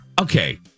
Okay